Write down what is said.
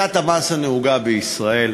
שיטת המס הנהוגה בישראל